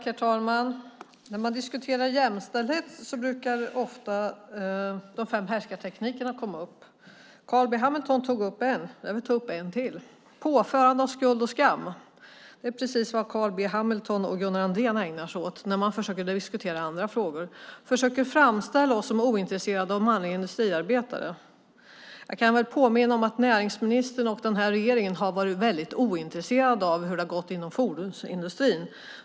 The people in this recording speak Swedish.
Herr talman! När man diskuterar jämställdhet brukar ofta de fem härskarteknikerna komma upp. Carl B Hamilton tog upp en. Jag vill ta upp en till, nämligen påförande av skuld och skam. Det är precis vad Carl B Hamilton och Gunnar Andrén ägnar sig åt när man försöker diskutera andra frågor. De försöker framställa oss som ointresserade av manliga industriarbetare. Jag kan påminna om att näringsministern och den här regeringen har varit ointresserad av hur det har gått inom fordonsindustrin.